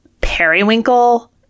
periwinkle